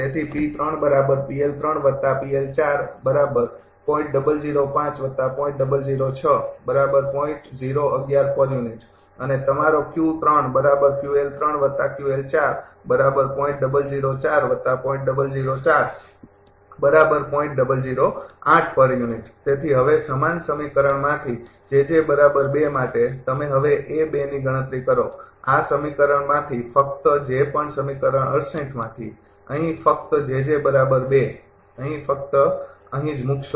તેથી અને તમારો તેથી હવે સમાન સમીકરણમાંથી માટે તમે હવે ની ગણતરી કરો આ સમીકરણમાંથી ફક્ત જે પણ સમીકરણ ૬૮ માંથી અહીં ફક્ત અહીં ફક્ત અહીં જ મૂકશો